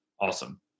awesome